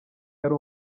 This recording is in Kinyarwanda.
yari